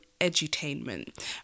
edutainment